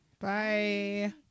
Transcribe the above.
Bye